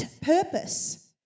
purpose